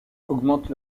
augmente